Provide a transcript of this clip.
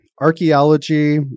archaeology